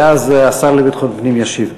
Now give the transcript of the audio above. ואז השר לביטחון הפנים ישיב.